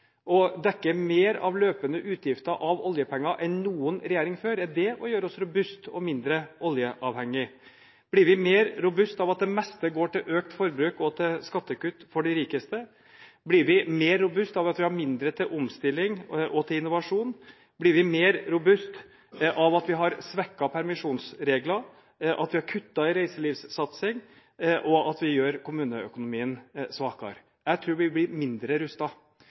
dekke mer av løpende utgifter av oljepenger enn noen regjering før, er det å gjøre oss robust og mindre oljeavhengig? Blir vi mer robust av at det meste går til økt forbruk og til skattekutt for de rikeste? Blir vi mer robust av at vi har mindre til omstilling og til innovasjon? Blir vi mer robust av at vi har svekket permisjonsregler, at vi har kuttet i reiselivssatsingen, og at vi gjør kommuneøkonomien svakere? Jeg tror vi blir mindre